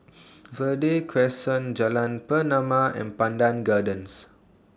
Verde Crescent Jalan Pernama and Pandan Gardens